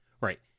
Right